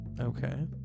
Okay